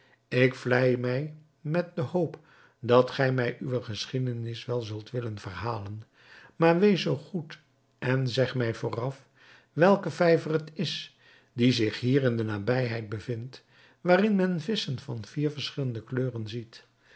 ik vlei mij met de hoop dat gij mij uwe geschiedenis wel zult willen verhalen maar wees zoo goed en zeg mij vooraf welke vijver het is die zich hier in de nabijheid bevindt waarin men visschen van vier verschillende kleuren ziet